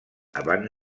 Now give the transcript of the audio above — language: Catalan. abans